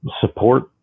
support